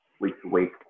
week-to-week